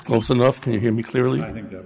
close enough can you hear me clearly i think